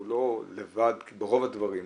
הוא לא לבד ברוב הדברים.